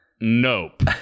nope